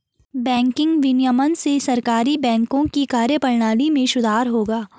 banking विनियमन से सहकारी बैंकों की कार्यप्रणाली में सुधार होगा